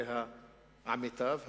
זה עמיתיו התלמידים,